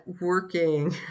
working